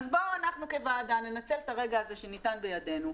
בואו אנחנו כוועדה ננצל את הרגע הזה שניתן בידינו,